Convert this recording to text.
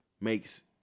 Makes